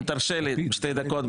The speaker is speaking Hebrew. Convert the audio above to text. אם תרשה לי שתי דקות.